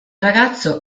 ragazzo